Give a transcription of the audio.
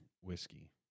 whiskey